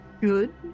good